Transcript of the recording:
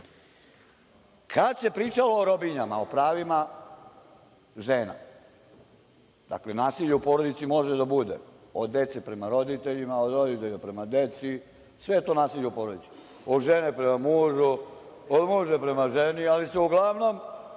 se pričalo o robinjama, o pravima žena. Dakle, nasilje u porodici može da bude od dece prema roditeljima, od roditelja prema deci, sve je to nasilje u porodici, od žene prema mužu, od muža prema ženi, ali uglavnom